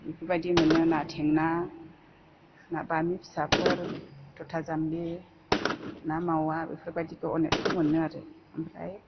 बेफोरबायदि मोनो ना थेंगोना ना बामि फिसाफोर थुथा जामि ना मावा बेफोरबायदिखौ अनेकखौ मोनो आरो ओमफ्राय